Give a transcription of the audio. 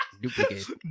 Duplicate